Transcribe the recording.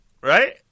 Right